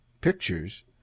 pictures